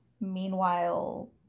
meanwhile